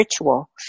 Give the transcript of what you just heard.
ritual